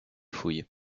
fouilles